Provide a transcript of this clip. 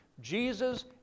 Jesus